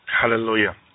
Hallelujah